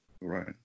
Right